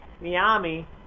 Miami